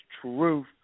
truth